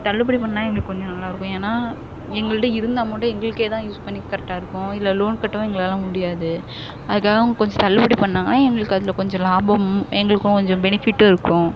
தள்ளுபடி பண்ணுனால் எங்களுக்கு கொஞ்சம் நல்லா இருக்கும் ஏன்னால் எங்கள்கிட்ட இருந்த அமௌண்ட்டே எங்களுக்கே யூஸ் பண்ணி கரெக்டாக இருக்கும் இதில் லோன் கட்டவும் எங்களால் முடியாது அதுக்காக அவங்க கொஞ்சம் தள்ளுபடி பண்ணாங்கன்னால் எங்களுக்கு அதில் கொஞ்சம் லாபமும் எங்களுக்கும் கொஞ்சம் பெனிஃபிட்டும் இருக்கும்